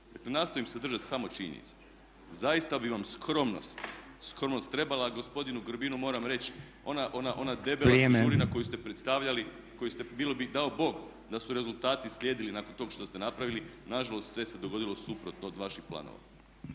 nastojim se držati samo činjenica. Zaista bi vam skromnost trebala, a gospodinu Grbinu moram reći ona debela knjižurina koju ste predstavljali bilo bi dao Bog da su rezultati slijedili nakon tog što ste napravili. Nažalost, sve se dogodilo suprotno od vaših planova.